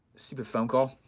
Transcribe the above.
stupid phone call,